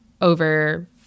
over